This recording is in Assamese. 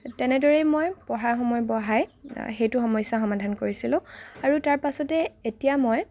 এনেদৰেই মই পঢ়াৰ সময় বঢ়াই সেইটো সমস্যা সমাধান কৰিছিলো আৰু তাৰ পাছতে এতিয়া মই